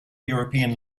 european